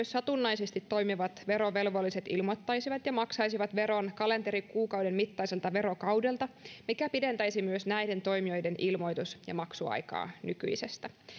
satunnaisesti toimivat verovelvolliset ilmoittaisivat ja maksaisivat veron kalenterikuukauden mittaiselta verokaudelta mikä pidentäisi myös näiden toimijoiden ilmoitus ja maksuaikaa nykyisestä